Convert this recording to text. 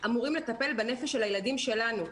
אמורים לטפל בנפש של הילדים שלנו.